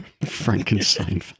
Frankenstein